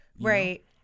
Right